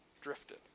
drifted